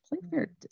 Playfair